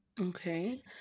Okay